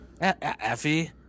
Effie